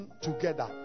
together